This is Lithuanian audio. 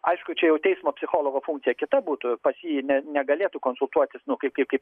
aišku čia jau teismo psichologo funkcija kita būtų pas jį ne negalėtų konsultuotis nu kaip kaip